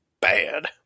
bad